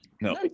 No